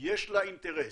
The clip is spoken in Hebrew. יש לה אינטרס,